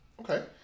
Okay